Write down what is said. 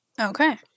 Okay